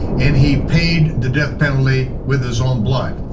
and he paid the death penalty with his own blood.